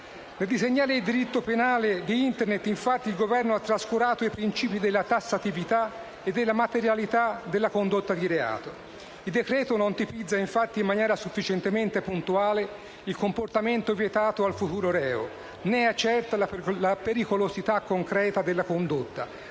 Nel disegnare il diritto penale di Internet, infatti, il Governo ha trascurato i principi della tassatività e della materialità della condotta di reato. Il decreto-legge non tipizza, infatti, in maniera sufficientemente puntuale il comportamento vietato al futuro reo, né accerta la pericolosità concreta della condotta,